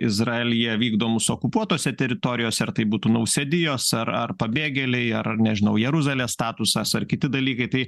izraelyje vykdomus okupuotose teritorijose ar tai būtų nausėdijos ar ar pabėgėliai ar nežinau jeruzalės statusas ar kiti dalykai tai